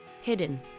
hidden